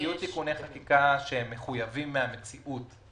יהיו תיקוני חקיקה שהם מחויבי המציאות